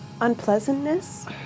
Unpleasantness